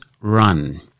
Run